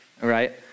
Right